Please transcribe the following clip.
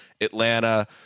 Atlanta